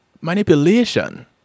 manipulation